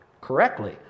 correctly